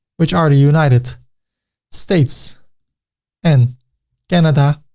which are ah united states and canada.